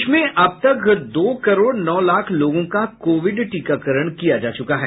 देश में अब तक दो करोड़ नौ लाख लोगों का कोविड टीकाकरण किया जा चुका है